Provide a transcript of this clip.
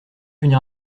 venir